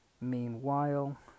Meanwhile